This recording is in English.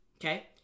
okay